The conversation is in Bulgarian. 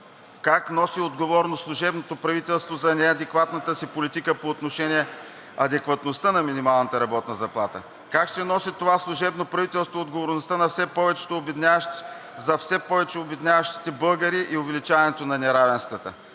как носи отговорност служебното правителство за неадекватната си политика по отношение адекватността на минималната работна заплата? Как ще носи това служебно правителство отговорността за все повечето обедняващи българи и увеличаването на неравенствата?